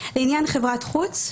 --- "(3)לעניין חברת חוץ,